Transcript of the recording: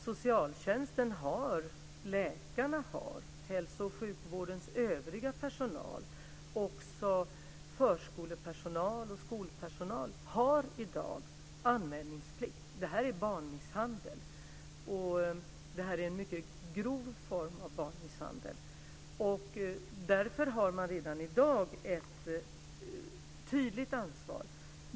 Socialtjänsten, läkarna, hälso och sjukvårdens övriga personal, förskolepersonal och skolpersonal har i dag anmälningsplikt. Detta är barnmisshandel. Det är en mycket grov form av barnmisshandel. Därför har man redan i dag ett tydligt ansvar.